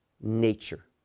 nature